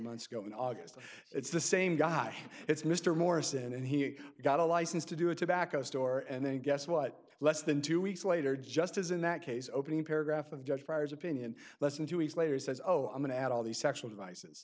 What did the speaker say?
months ago in august it's the same guy it's mr morris and he got a license to do a tobacco store and then guess what less than two weeks later just as in that case opening paragraph of judge fryers opinion less than two weeks later he says oh i'm going to add all these sexual devices